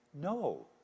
No